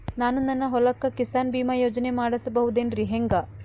ನಾನು ನನ್ನ ಹೊಲಕ್ಕ ಕಿಸಾನ್ ಬೀಮಾ ಯೋಜನೆ ಮಾಡಸ ಬಹುದೇನರಿ ಹೆಂಗ?